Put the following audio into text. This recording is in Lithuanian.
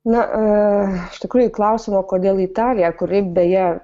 na iš tikrųjų klausimo kodėl italija kuri beje